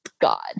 God